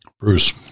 Bruce